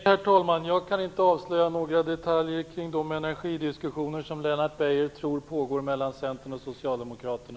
Herr talman! Nej, jag kan inte avslöja några detaljer kring de energidiskussioner som Lennart Beijer tror pågår mellan Centern och Socialdemokraterna.